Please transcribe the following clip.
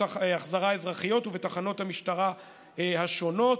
החזרה אזרחיות ובתחנות המשטרה השונות.